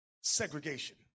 segregation